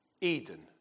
Eden